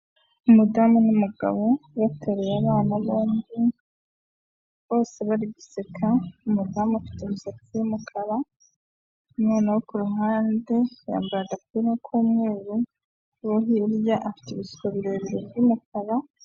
Umudamu n'umugabo bateruye abana, bombi bose bari guseka, umudamu ufite imisatsi y'umukara, umwana wo ku ruhande yambaye agapira k'umweru, uwo hirya afite ibisuko birebire by'umukara.